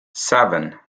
seven